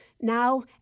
now